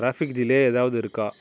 traffic delay ஏதாவது இருக்கா